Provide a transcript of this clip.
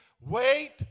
Wait